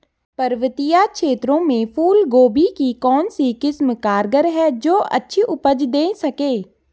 पर्वतीय क्षेत्रों में फूल गोभी की कौन सी किस्म कारगर है जो अच्छी उपज दें सके?